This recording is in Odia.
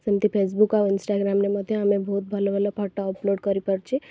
ସେମିତି ଫେସ୍ବୁକ୍ ଆଉ ଇନ୍ଷ୍ଟାଗ୍ରାମ୍ରେ ମଧ୍ୟ ଆମେ ବହୁତ ଭଲ ଭଲ ଫଟୋ ଅପଲୋଡ଼୍ କରିପାରୁଛେ